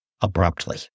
abruptly